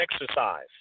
exercise